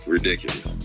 Ridiculous